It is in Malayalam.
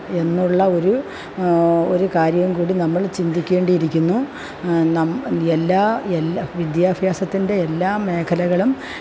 എന്നുള്ള ഒരു ഒരു കാര്യം കൂടി നമ്മള് ചിന്തിക്കേണ്ടിയിരിക്കുന്നു നം എല്ലാ എല്ലാ വിദ്യാഭ്യാസത്തിന്റെ എല്ലാ മേഖലകളും